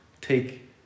take